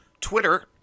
Twitter